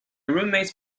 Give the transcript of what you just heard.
roommate’s